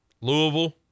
Louisville